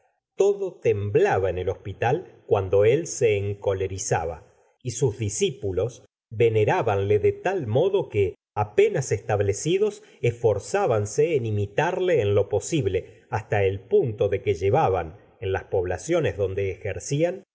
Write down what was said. todo temblaba en el hospital cuando él se enco lerizaba y sus discípulos venerábanle de tal modo que apenas establecidos esforzábanse en imitarle en lo posible hasta el punto de que llevaban en las poblaciones donde ejercían